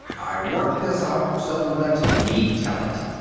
i worked this out, so let me tell it.